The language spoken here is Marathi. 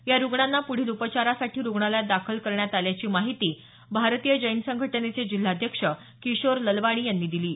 या रुग्णांना प्ढील उपचारांसाठी रुग्णालयात दाखल करण्यात आल्याची माहिती भारतीय जैन संघटनेचे जिल्हाध्यक्ष किशोर ललवाणी यांनी दिली आहे